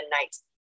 nights